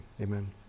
amen